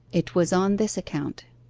it was on this account.